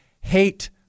hate